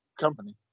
company